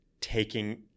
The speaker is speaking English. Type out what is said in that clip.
taking